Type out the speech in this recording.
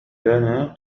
لنا